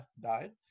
died